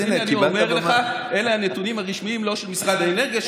אז אני אומר לך שאלה הנתונים הרשמיים לא של משרד האנרגיה,